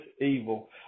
evil